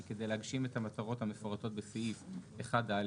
כדי להגשים את המטרות המפורטות בסעיף 1(א),